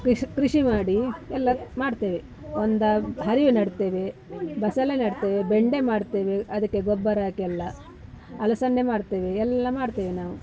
ಕೃಷಿ ಕೃಷಿ ಮಾಡಿ ಎಲ್ಲ ಮಾಡ್ತೇವೆ ಒಂದು ಹರಿವೆ ನೆಡ್ತೇವೆ ಬಸಳೆ ನೆಡ್ತೇವೆ ಬೆಂಡೆ ಮಾಡ್ತೇವೆ ಅದಕ್ಕೆ ಗೊಬ್ಬರಾಕಿ ಎಲ್ಲ ಅಲಸಂಡೆ ಮಾಡ್ತೇವೆ ಎಲ್ಲ ಮಾಡ್ತೇವೆ ನಾವು